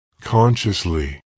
consciously